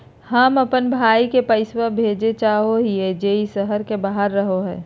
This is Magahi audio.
हम अप्पन भाई के पैसवा भेजल चाहो हिअइ जे ई शहर के बाहर रहो है